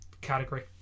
category